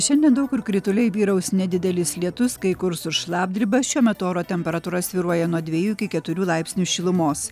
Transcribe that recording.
šiandien daug kur krituliai vyraus nedidelis lietus kai kur su šlapdriba šiuo metu oro temperatūra svyruoja nuo dvejų iki keturių laipsnių šilumos